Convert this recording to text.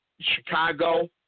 Chicago